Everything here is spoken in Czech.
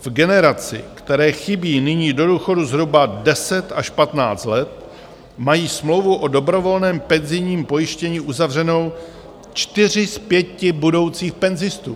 V generaci, které chybí nyní do důchodu zhruba 10 až 15 let, mají smlouvu o dobrovolném penzijním pojištění uzavřenou čtyři z pěti budoucích penzistů.